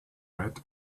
red